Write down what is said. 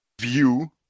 view